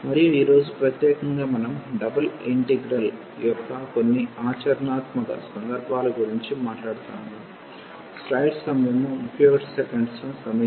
మరియు ఈరోజు ప్రత్యేకంగా మనం డబుల్ ఇంటిగ్రల్ యొక్క కొన్ని ఆచరణాత్మక సందర్భాల గురించి మాట్లాడుతాము